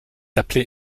appelée